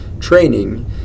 training